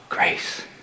Grace